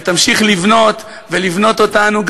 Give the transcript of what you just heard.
ותמשיך לבנות ולבנות אותנו,